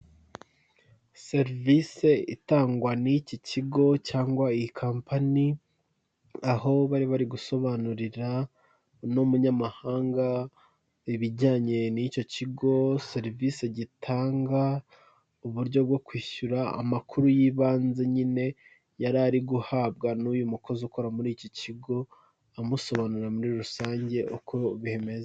Serivisi itangwa n'iki kigo cyangwa iyi kampani aho bari bari gusobanurira uno munyamahanga ibijyanye n'icyo kigo, serivisi gitanga uburyo bwo kwishyura amakuru y'ibanze nyine, yari ari guhabwa n'uyu mukozi ukora muri iki kigo amusobanura muri rusange uko bimeze.